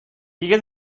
دیگه